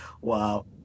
Wow